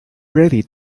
ready